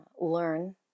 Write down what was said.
learn